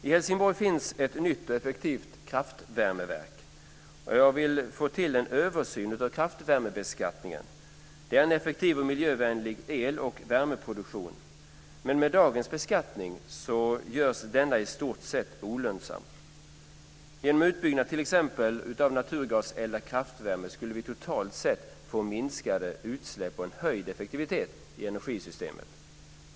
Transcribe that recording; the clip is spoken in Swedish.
I Helsingborg finns ett nytt och effektivt kraftvärmeverk. Jag vill få till stånd en översyn av kraftvärmebeskattningen. Det är en effektiv och miljövänlig el och värmeproduktion, men med dagens beskattning görs denna i stort sett olönsam. Genom utbyggnad av t.ex. naturgaseldad kraftvärme skulle vi totalt sett få minskade utsläpp och en höjd effektivitet i energisystemet.